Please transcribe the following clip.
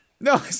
No